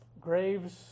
graves